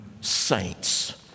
saints